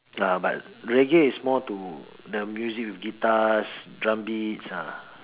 ah but reggae is more to the music with guitars drumbeats ah